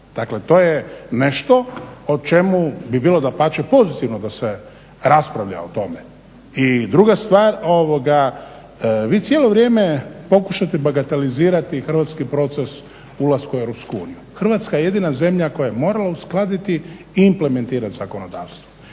Dakle, to je nešto o čemu bi bilo dapače pozitivno da se raspravlja o tome. I druga stvar, vi cijelo vrijeme pokušavate bagatelizirati hrvatski proces ulaska u Europsku uniju. Hrvatska je jedina zemlja koja je mora uskladiti i implementirati zakonodavstvo.